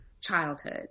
childhood